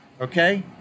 okay